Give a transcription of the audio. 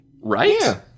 Right